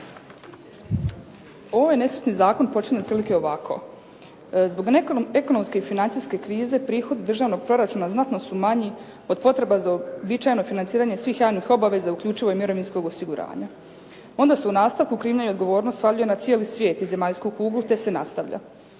Ovaj nesretni zakon počinje otprilike ovako: "Zbog ekonomske i financijske krize prihodi državnog proračuna znatno su manji od potreba za uobičajeno financiranje svih javnih obaveza uključivo i mirovinskog osiguranja.". Onda se u nastavku krivnja i odgovornost svaljuje na cijeli svijet i zemaljsku kuglu te se nastavlja.